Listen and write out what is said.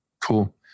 Cool